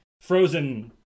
Frozen